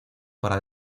para